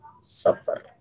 suffer